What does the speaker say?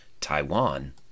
Taiwan